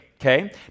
okay